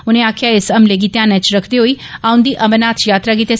उनें आक्खेआ इस हमले गी ध्यानै च रक्खदे होई औंदी अमरनाथ यात्रा गित्तै